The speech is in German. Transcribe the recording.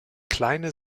kleine